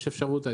יש אפשרות.